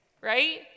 right